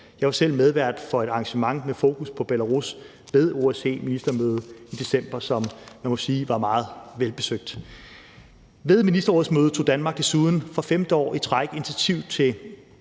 Jeg var selv medvært for et arrangement med fokus på Belarus ved OSCE-ministermødet i december, som jeg må sige var meget velbesøgt. Ved ministerrådsmødet tog Danmark desuden for femte år i træk initiativ til